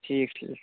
ٹھیٖک ٹھیک